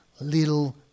little